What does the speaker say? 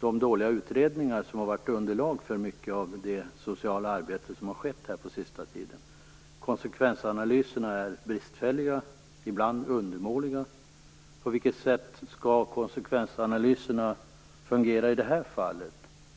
de dåliga utredningar som har varit underlag för mycket av det sociala arbete som har skett på senaste tiden. Konsekvensanalyserna är bristfälliga, ibland undermåliga. På vilket sätt skall konsekvensanalyserna fungera i det här fallet?